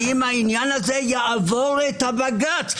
האם זה יעבור את הבג"ץ.